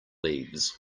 leaves